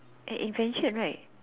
an invention right